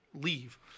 leave